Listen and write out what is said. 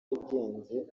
yagenze